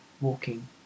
walking